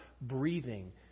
breathing